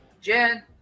Jen